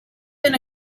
been